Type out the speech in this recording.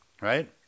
Right